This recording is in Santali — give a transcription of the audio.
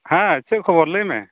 ᱦᱮᱸ ᱪᱮᱫ ᱠᱷᱚᱵᱚᱨ ᱞᱟᱹᱭ ᱢᱮ